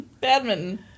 Badminton